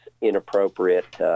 inappropriate